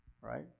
right